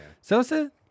Sosa